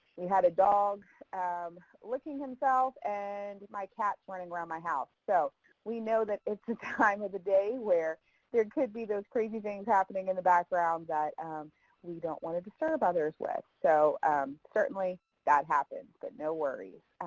we had a dog licking himself and my cats running around my house, so we know that it's the time of the day where there could be those crazy things happening in the background that we don't want to disturb others with. so certainly that happens but no worries.